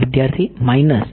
વિદ્યાર્થી માઇનસ